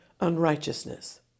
unrighteousness